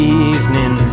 evening